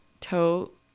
tote